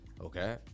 Okay